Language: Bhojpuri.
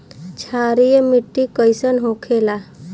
क्षारीय मिट्टी कइसन होखेला?